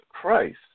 Christ